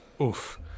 Oof